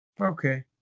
Okay